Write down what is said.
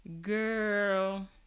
Girl